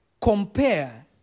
compare